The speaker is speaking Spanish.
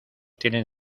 tienen